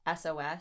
SOS